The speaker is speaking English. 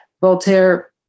Voltaire